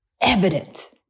evident